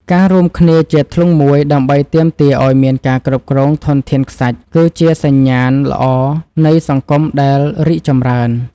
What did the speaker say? ការរួមគ្នាជាធ្លុងមួយ ដើម្បីទាមទារឱ្យមានការគ្រប់គ្រងធនធានខ្សាច់គឺជាសញ្ញាណល្អនៃសង្គមដែលរីកចម្រើន។